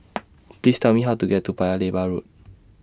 Please Tell Me How to get to Paya Lebar Road